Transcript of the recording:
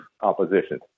opposition